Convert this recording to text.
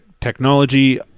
technology